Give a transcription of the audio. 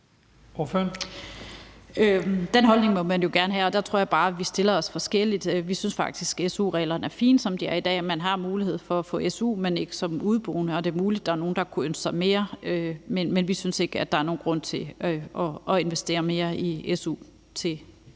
Den holdning må man jo gerne have. Der tror jeg bare, at vi stiller os forskelligt. Vi synes faktisk, at su-reglerne er fine, som de er i dag. Man har mulighed for at få su, men ikke som udeboende. Det er muligt, at der er nogle, der kunne ønske sig mere, men vi synes ikke, at der er nogen grund til at investere mere i su